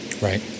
Right